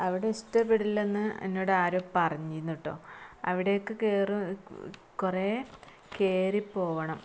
അവിടെ ഇഷ്ടപ്പെടില്ല എന്ന് എന്നോട് ആരോ പറഞ്ഞിരുന്നു കേട്ടൊ അവിടെയൊക്കെ കയറും കുറേ കയറി പോവണം